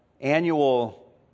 annual